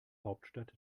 hauptstadt